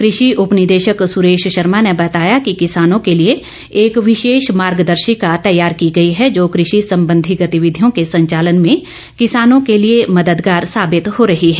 कृषि उपनिंदेशक सुरेश शर्मा ने बताया कि किसानों के लिए एक विशेष मार्ग दर्शिका तैयार की गई है जो कृषि संबंधी गतिविधियों के संचालन में किसानों के लिए मददगार साबित हो रही है